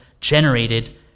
generated